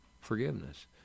forgiveness